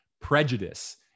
prejudice